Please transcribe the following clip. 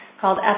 called